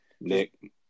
Nick